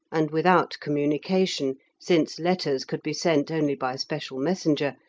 and without communication, since letters could be sent only by special messenger,